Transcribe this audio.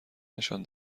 نشان